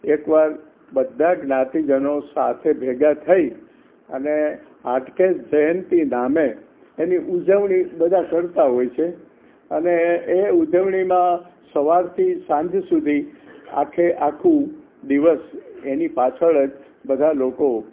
વર્ષમાં એકવાર બધા જ્ઞાતિજનો સાથે ભેગા થઈ અને હાટકેશ જયંતિ ધામે એની ઉજવણી બધા કરતા હોય છે અને એ ઉજવણીમાં સવારથી સાંજ સુધી આખેઆખું દિવસ એની પાછળ જ બધા લોકો